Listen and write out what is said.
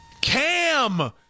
Cam